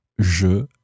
je